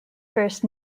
first